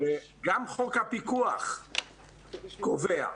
גם חוק הפיקוח קובע,